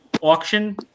auction